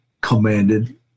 commanded